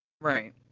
Right